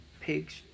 pigs